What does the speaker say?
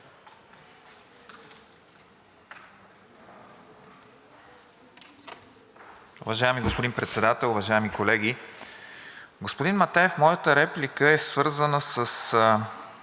Уважаеми господин Председател, уважаеми колеги! Господин Матеев, моята реплика е свързана с